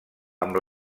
amb